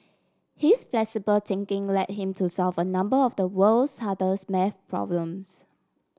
his flexible thinking led him to solve a number of the world's hardest math problems